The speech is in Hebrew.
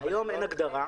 היום אין הגדרה.